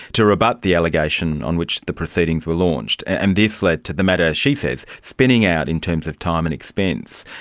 to rebut the allegation on which the proceedings were launched. and this led to the matter, she says, spinning out in terms of time and expense,